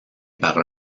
par